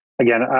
again